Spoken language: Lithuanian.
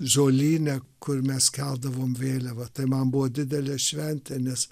žolyne kur mes keldavomėm vėliavą tai man buvo didelė šventė nes